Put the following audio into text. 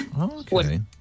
Okay